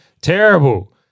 terrible